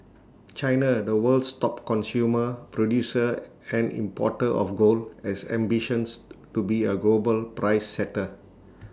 China the world's top consumer producer and importer of gold has ambitions to be A global price setter